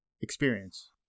experience